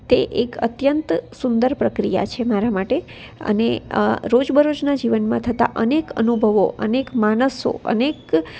તે એક અત્યંત સુંદર પ્રક્રિયા છે મારા માટે રોજબરોજના જીવનમાં થતા અનેક અનુભવો અનેક માણસો અનેક